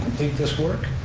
this work,